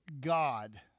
God